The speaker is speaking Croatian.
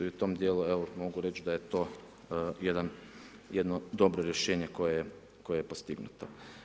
I u tom dijelu mogu reći da je to jedno dobro rješenje koje je postignuto.